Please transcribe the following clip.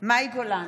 מאי גולן,